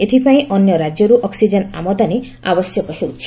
ଏଥିପାଇଁ ଅନ୍ୟ ରାଜ୍ୟରୁ ଅକ୍ସିଜେନ ଆମଦାନୀ ଆବଶ୍ୟକ ହେଉଛି